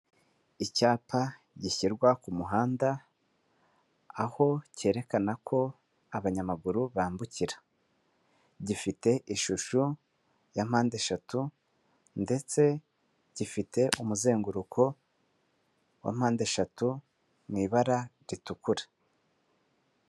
Icyapa gishyirwa ku muhanda aho cyerekana ko abanyamaguru bambukira gifite ishusho ya mpandeshatu ndetse gifite umuzenguruko wa mpandeshatu mu ibara ritukura.